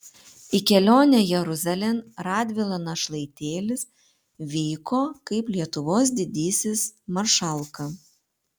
į kelionę jeruzalėn radvila našlaitėlis vyko kaip lietuvos didysis maršalka